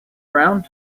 round